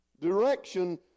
Direction